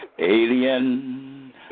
alien